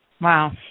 Wow